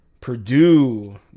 Purdue